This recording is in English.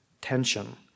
tension